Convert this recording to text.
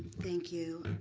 thank you.